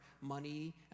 money